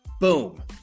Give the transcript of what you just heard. Boom